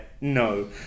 no